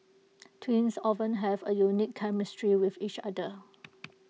twins often have A unique chemistry with each other